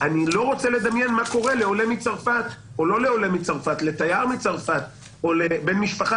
אני לא רוצה לדמיין מה קורה לעולה מצרפת או לתייר מצרפת או לבן משפחה